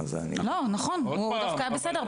נכון, הוא דווקא בסדר.